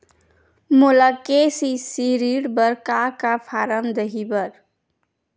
मोला के.सी.सी ऋण बर का का फारम दही बर?